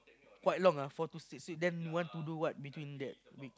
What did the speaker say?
quite long ah four to six week then you want to do what between that week